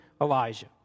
Elijah